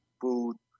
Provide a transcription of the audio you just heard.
food